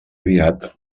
aviat